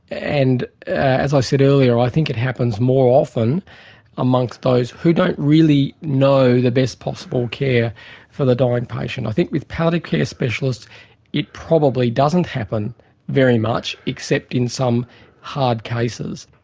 and as i said earlier, i think it happens more often amongst those who don't really know the best possible care for the dying patient. i think with palliative care specialists it probably doesn't happen very much, except in some hard cases.